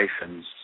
nations